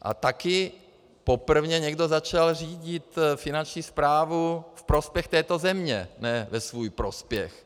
A taky poprvé někdo začal řídit finanční správu ve prospěch této země, ne ve svůj prospěch.